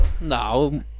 No